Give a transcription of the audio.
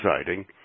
exciting